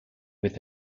with